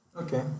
Okay